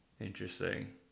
Interesting